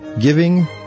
giving